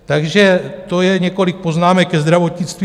Takže to je několik poznámek ke zdravotnictví.